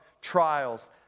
trials